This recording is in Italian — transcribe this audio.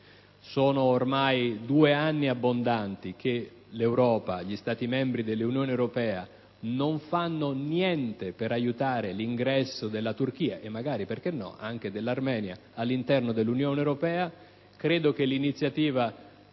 Sono ormai più di due anni che l'Europa e gli Stati membri dell'Unione europea non fanno niente per aiutare l'ingresso della Turchia, e magari, perché no, anche dell'Armenia nell'Unione. Credo che l'iniziativa